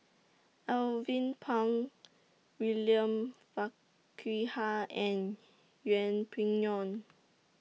Alvin Pang William Farquhar and Yeng Pway Ngon